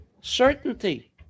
certainty